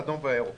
אדום וירוק,